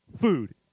Food